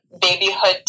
babyhood